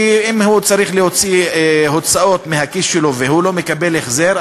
כי אם הוא צריך להוציא הוצאות מהכיס שלו והוא לא מקבל החזר,